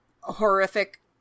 horrific